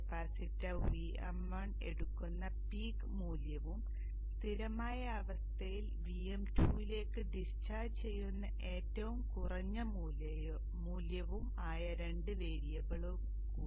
capacitor Vm1 എടുക്കുന്ന peak മൂല്യവും സ്ഥിരമായ അവസ്ഥയിൽ Vm2 ലേക്ക് ഡിസ്ചാർജ് ചെയ്യുന്ന ഏറ്റവും കുറഞ്ഞ മൂല്യവും ആയ രണ്ട് വേരിയബിളുകൾ കൂടി